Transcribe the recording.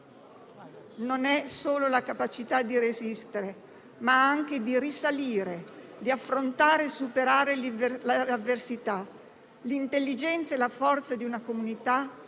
non solo di resistere, ma anche di risalire, di affrontare e superare le avversità. L'intelligenza e la forza di una comunità